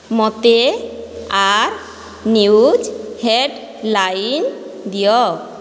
ମୋତେ ଆର୍ news headline ଦିଅ